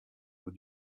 eaux